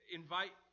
invite